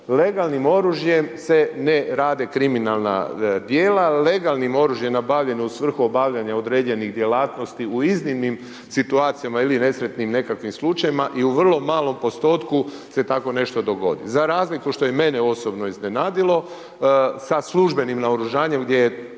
legalnim oružjem se ne rade kriminalna djela. Legalnim oružjem nabavljeno u svrhu obavljanja određenih djelatnosti u iznimnim situacijama ili nesretnim nekakvim slučajevima i u vrlo malom postotku se tako nešto dogodi. Za razliku što je i mene osobno iznenadilo sa službenim naoružanjem gdje je